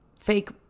fake